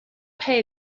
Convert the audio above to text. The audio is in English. pay